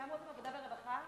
הרווחה